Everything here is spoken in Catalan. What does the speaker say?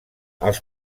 els